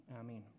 Amen